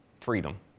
freedom